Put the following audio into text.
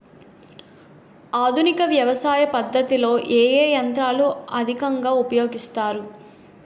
ఆధునిక వ్యవసయ పద్ధతిలో ఏ ఏ యంత్రాలు అధికంగా ఉపయోగిస్తారు?